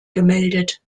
gemeldet